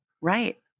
Right